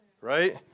right